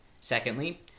Secondly